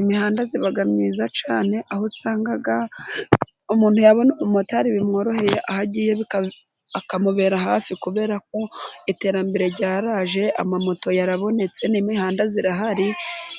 Imihanda iba myiza cyane aho usanga umuntu yabona umumotari bimworoheye aho agiye hakamubera hafi, kuberako iterambere ryaraje, amamoto yarabonetse n'imihanda irahari